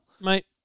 mate